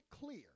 clear